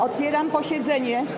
Otwieram posiedzenie.